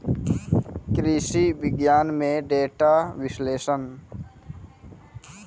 कृषि विज्ञान में डेटा विश्लेषण